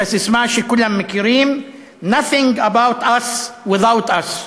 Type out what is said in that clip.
את הססמה שכולם מכירים:Nothing about us without us,